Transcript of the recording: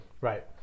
Right